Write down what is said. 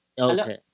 Okay